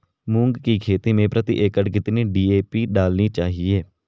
मूंग की खेती में प्रति एकड़ कितनी डी.ए.पी डालनी चाहिए?